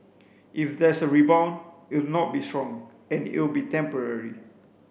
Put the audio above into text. if there's a rebound it'll not be strong and it'll be temporary